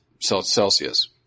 Celsius